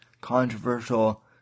controversial